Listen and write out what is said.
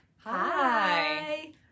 Hi